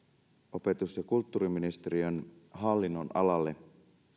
opetus ja kulttuuriministeriön hallinnonalalle